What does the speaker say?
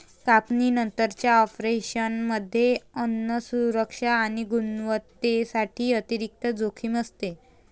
काढणीनंतरच्या ऑपरेशनमध्ये अन्न सुरक्षा आणि गुणवत्तेसाठी अतिरिक्त जोखीम असते